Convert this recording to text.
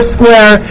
Square